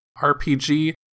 rpg